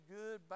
good